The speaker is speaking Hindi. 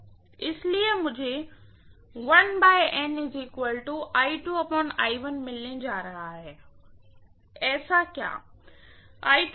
इसलिए मुझे मिलने जा रहा है ऐसा क्या